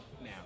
now